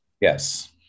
yes